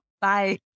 Bye